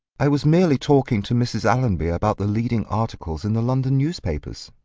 i was merely talking to mrs. allonby about the leading articles in the london newspapers.